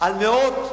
על מאות,